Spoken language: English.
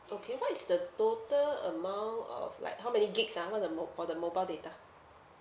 okay what is the total amount of like how many gigabytes ah what's the mo~ for the mobile data